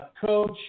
coach